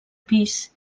pis